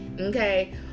Okay